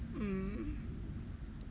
mm